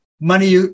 money